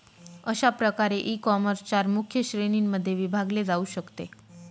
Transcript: अशा प्रकारे ईकॉमर्स चार मुख्य श्रेणींमध्ये विभागले जाऊ शकते